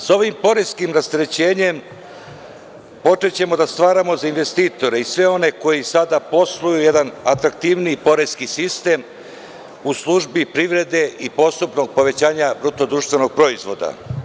Sa ovim poreskim rasterećenjem, počećemo da stvaramo za investitore i sve one koji sada posluju jedan atraktivniji poreski sistem u službi privrede i postupnog povećanja BDP.